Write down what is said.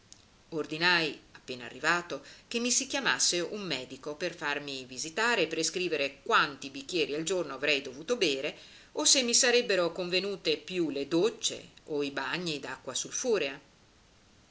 ordinai appena arrivato che mi si chiamasse un medico per farmi visitare e prescrivere quanti bicchieri al giorno avrei dovuto bere o se mi sarebbero convenute più le docce o i bagni d'acqua